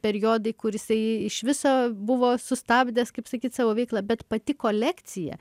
periodai kur jisai iš viso buvo sustabdęs kaip sakyt savo veiklą bet pati kolekcija